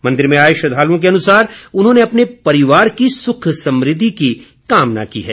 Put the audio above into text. मंदिर में आए श्रद्वालुओं के अनुसार उन्होंने अपने परिवार की सुख समृद्धि की कामना की है